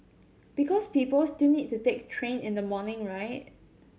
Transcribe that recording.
because people still need to take train in the morning right